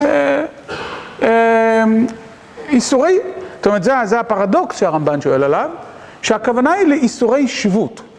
איסורי, זאת אומרת זה הפרדוקס שהרמב״ן שואל עליו שהכוונה היא לאיסורי שבות.